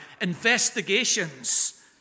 investigations